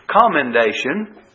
commendation